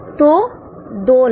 तो 200000